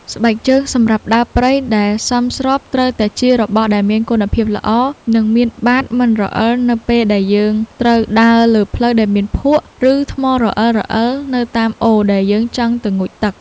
ស្បែកជើងសម្រាប់ដើរព្រៃដែលសមស្របត្រូវតែជារបស់ដែលមានគុណភាពល្អ និង មានបាតមិនរអិលនៅពេលដែលយើងត្រូវដើរលើផ្លូវដែលមានភក់ ឬ ថ្មរអិលៗនៅតាមអូរដែលយើងចង់ទៅងូតទឹក។